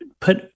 put